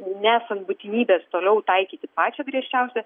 nesant būtinybės toliau taikyti pačią griežčiausią